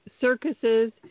circuses